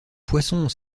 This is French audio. poissons